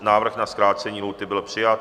Návrh na zkrácení lhůty byl přijat.